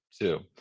two